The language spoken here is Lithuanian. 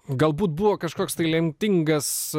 galbūt buvo kažkoks lemtingas